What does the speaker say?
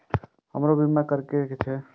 हमरो बीमा करीके छः?